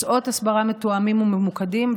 מסעות הסברה מתואמים וממוקדים,